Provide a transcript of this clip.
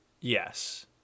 Yes